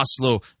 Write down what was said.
Oslo